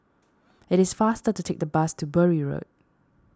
it is faster to take the bus to Bury Road